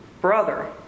brother